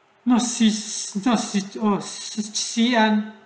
not sis sis xian